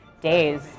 days